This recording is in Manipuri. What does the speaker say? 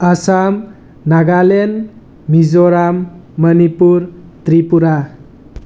ꯑꯥꯁꯥꯝ ꯅꯥꯒꯥꯂꯦꯟ ꯃꯤꯖꯣꯔꯥꯝ ꯃꯅꯤꯄꯨꯔ ꯇ꯭ꯔꯤꯄꯨꯔꯥ